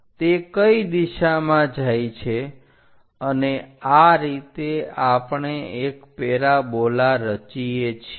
તે કઈ દિશામાં જાય છે અને આ રીતે આપણે એક પેરાબોલા રચીએ છીએ